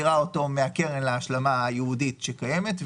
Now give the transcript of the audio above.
קודם היא מעבירה אותו מהקרן להשלמה הייעודית שקיימת.